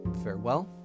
farewell